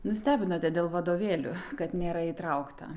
nustebinote dėl vadovėlių kad nėra įtraukta